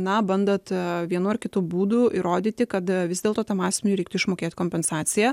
na bandant vienu ar kitu būdu įrodyti kad vis dėlto tam asmeniui reiktų išmokėti kompensaciją